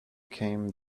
came